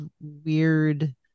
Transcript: weird